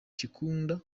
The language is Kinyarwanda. kikunda